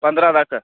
पंदरां तक